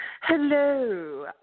Hello